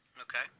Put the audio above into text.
Okay